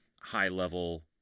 high-level